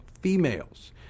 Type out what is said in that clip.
females